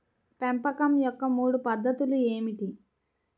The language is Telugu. పెంపకం యొక్క మూడు పద్ధతులు ఏమిటీ?